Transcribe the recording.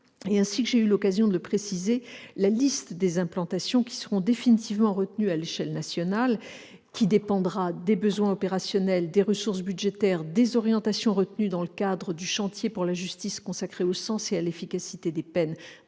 Ainsi que j'ai eu l'occasion de le préciser, la liste des implantations définitivement retenues à l'échelle nationale, qui dépendra des besoins opérationnels, des ressources budgétaires, des orientations retenues dans le cadre du chantier pour la justice consacré au sens et à l'efficacité des peines,